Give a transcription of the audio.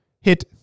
hit